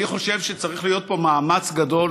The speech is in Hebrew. אני חושב שצריך להיות פה מאמץ גדול.